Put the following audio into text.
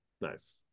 Nice